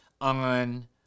on